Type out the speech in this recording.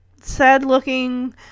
sad-looking